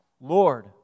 Lord